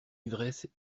ivresse